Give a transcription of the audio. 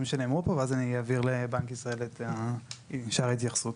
שנאמרו פה ואז אני אעביר לבנק ישראל את שאר ההתייחסות.